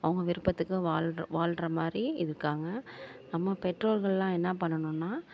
அவங்க விருப்பத்துக்கு வாழ்கிற வாழ்கிற மாதிரி இருக்காங்க நம்ம பெற்றோர்களெலாம் என்ன பண்ணணும்னா